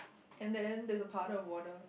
and then there's a puddle of water